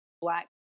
black